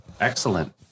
excellent